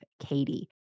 Katie